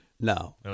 No